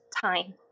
time